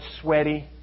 sweaty